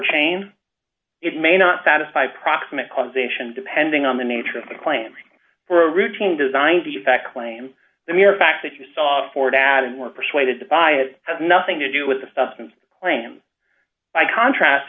change it may not satisfy proximate cause ation depending on the nature of the claim for a routine design defect claim the mere fact that you saw before dad and were persuaded to buy it has nothing to do with the stuff and claim by contrast